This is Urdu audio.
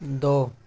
دو